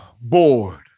Bored